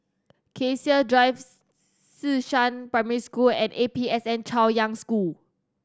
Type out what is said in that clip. Cassia Drive Xishan Primary School and A P S N Chaoyang School